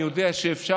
אני יודע שאפשר,